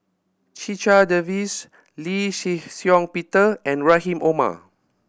Checha Davies Lee Shih Shiong Peter and Rahim Omar